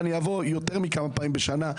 אני אבוא יותר מכמה פעמים בשנה,